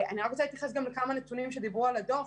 אני רוצה להתייחס גם לכמה נתונים שדיברו על הדוח.